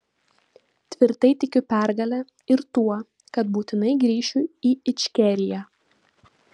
tvirtai tikiu pergale ir tuo kad būtinai grįšiu į ičkeriją